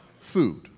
food